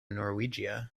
norwegia